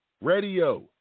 radio